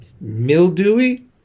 Mildewy